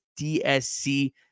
DSC